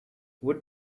would